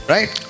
Right